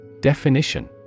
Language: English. Definition